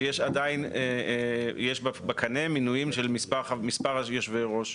שיש עדיין בקנה מספר מנויים של יושבי ראש,